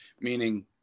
meaning